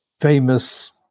famous